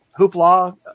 hoopla